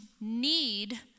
need